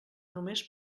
només